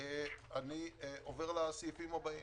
אני עובר לסעיפים הבאים.